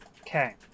Okay